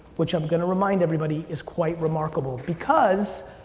which i'm gonna remind everybody, is quite remarkable. because